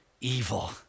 evil